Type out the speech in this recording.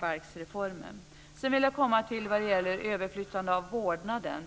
av föräldrabalken. Sedan vill jag komma till frågan om överflyttnad av vårdnad.